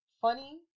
funny